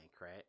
right